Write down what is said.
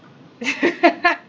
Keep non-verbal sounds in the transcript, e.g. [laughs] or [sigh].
[laughs]